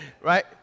right